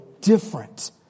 different